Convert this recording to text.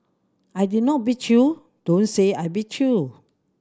I did not beat you don't say I beat you